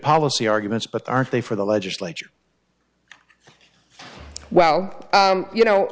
policy arguments but aren't they for the legislature well you know